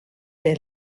their